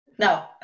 No